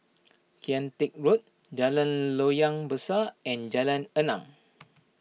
Kian Teck Road Jalan Loyang Besar and Jalan Enam